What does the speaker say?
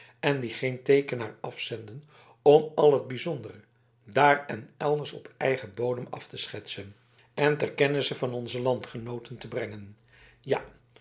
en die geen teekenaar afzenden om al het bijzondere daar en elders op eigen bodem af te schetsen en ter kennisse van onze landgenooten te brengen ja